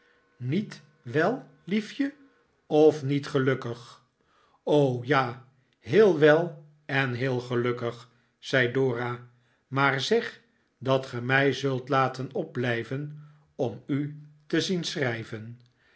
niet wel liefje of niet gelukkig david copperfield ja heel wel en heel gelukkig zei dora maar zeg dat ge mij zult laten opblijven om u te zien schrijven